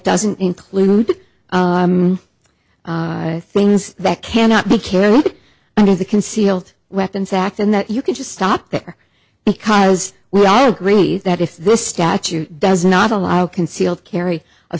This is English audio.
doesn't include things that cannot be carried under the concealed weapons act and that you can just stop there because we all agree that if the statute does not allow concealed carry a